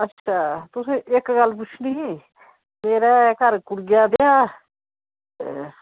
हफ्ता तुसेंगी इक्क गल्ल पुच्छनी ही मेरे घर कुड़िया ब्याह् ते